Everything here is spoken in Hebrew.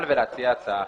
ולהציע הצעה.